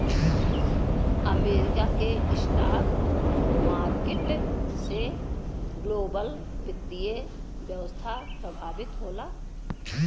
America के stock market से global वित्तीय व्यवस्था प्रभावित होला